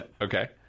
Okay